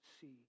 see